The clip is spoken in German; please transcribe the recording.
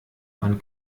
man